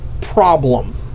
problem